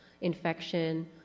infection